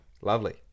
lovely